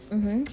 mmhmm